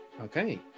Okay